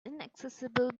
inaccessible